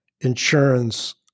insurance